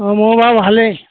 অঁ মোৰ বাৰু ভালেই